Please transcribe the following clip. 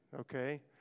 okay